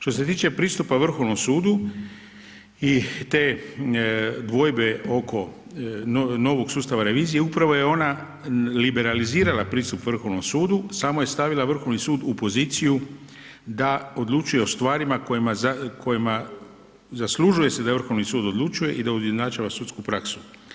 Što se tiče pristupa Vrhovnom sudu i te dvojbe oko novo sustava revizije, upravo je ona liberalizirala pristup Vrhovnom sudu, samo je stavila Vrhovni sud u poziciju da odlučuje o stvarima kojima zaslužuje se da Vrhovni sud odlučuje i da izjednačava sudsku praksu.